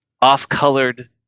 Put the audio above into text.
off-colored